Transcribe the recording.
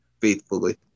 faithfully